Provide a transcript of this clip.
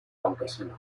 campesina